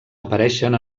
apareixen